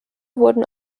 wurden